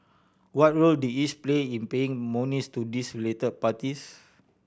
what role did each play in paying monies to these relate parties